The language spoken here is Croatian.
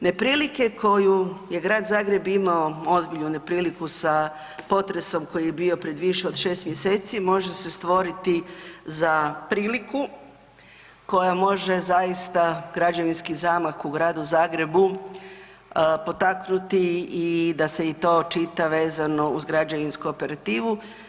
Neprilike koju je Grad Zagreb imao, ozbiljnu nepriliku sa potresom koji je bio pred više od 6. mjeseci, može se stvoriti za priliku koja može zaista građevinski zamah u Gradu Zagrebu potaknuti i da se i to očita vezano uz građevinsku operativu.